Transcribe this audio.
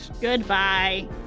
Goodbye